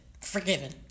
forgiven